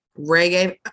Reggae